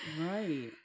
Right